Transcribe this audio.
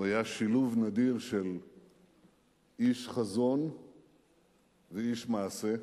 הוא היה שילוב מדהים של איש חזון ואיש מעשה.